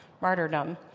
martyrdom